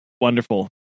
wonderful